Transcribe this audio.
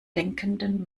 denkenden